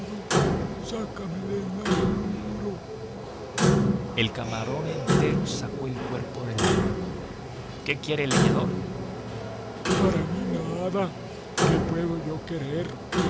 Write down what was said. sácame del apuro p el camarón entero sacó el cuerpo del agua qué quiere el leñador para mí nada qué puedo yo querer